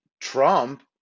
Trump